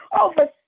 over